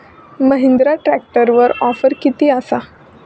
महिंद्रा ट्रॅकटरवर ऑफर किती आसा?